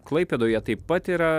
klaipėdoje taip pat yra